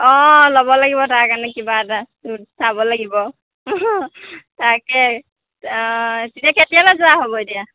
অঁ ল'ব লাগিব তাৰ কাৰণে কিবা এটা চাব লাগিব তাকে অঁ তেতিয়া কেতিয়ালৈ যোৱা হ'ব এতিয়া